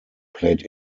played